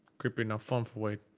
creepy not fun for